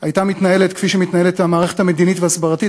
הייתה מתנהלת כפי שמתנהלת המערכת המדינית וההסברתית,